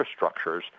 infrastructures